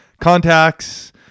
contacts